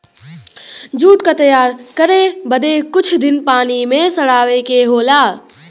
jute क तैयार करे बदे कुछ दिन पानी में सड़ावे के होला